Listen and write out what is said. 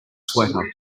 sweater